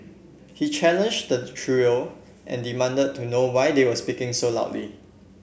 he challenged the trio and demanded to know why they were speaking so loudly